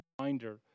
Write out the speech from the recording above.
reminder